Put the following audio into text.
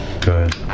good